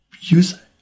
use